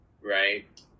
right